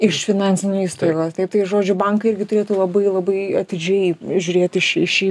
iš finansinių įstaigų taip tai žodžiu bankai irgi turėtų labai labai atidžiai žiūrėti šį šį